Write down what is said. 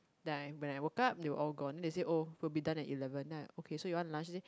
then when I woke up they were all gone then they say oh we'll be done at eleven then I okay so you want lunch today